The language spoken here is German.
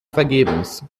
vergebens